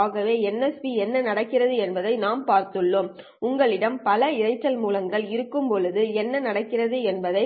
ஆகவே ASE க்கு என்ன நடக்கிறது என்பதை நாம் பார்த்துள்ளோம் உங்களிடம் பல இரைச்சல் மூலங்கள் இருக்கும்போது என்ன நடக்கிறது என்பதை